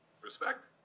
Respect